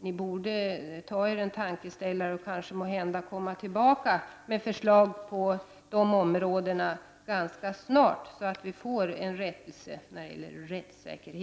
ni borde ta er en tankeställare och måhända komma tillbaka med förslag på vissa områden ganska snart, så att vi kan få en rättvisa när det gäller rättssäkerhet.